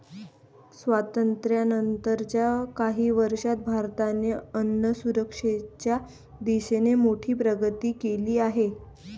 स्वातंत्र्यानंतर च्या काही वर्षांत भारताने अन्नसुरक्षेच्या दिशेने मोठी प्रगती केली आहे